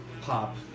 pop